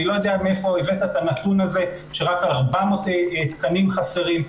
אני לא יודע מאיפה הבאת את הנתון הזה שרק 400 תקנים חסרים,